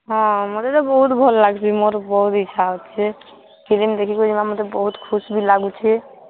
ହଁ ମତେ ତ ବହୁତ୍ ଭଲ୍ ଲାଗ୍ସି ମୋର୍ ବହୁତ୍ ଇଚ୍ଛା ଅଛେ ଫିଲ୍ମ ଦେଖିକିନା ମତେ ବହୁତ୍ ଖୁସି ବି ଲାଗୁଛେ